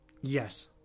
Yes